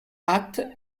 actes